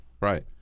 right